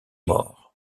morts